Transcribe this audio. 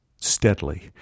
steadily